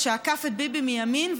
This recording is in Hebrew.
כשעקף את ביבי מימין,